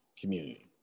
community